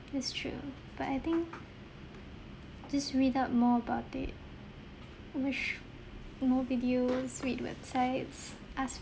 that's true but I think just read up more about it more videos read websites ask